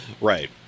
right